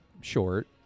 short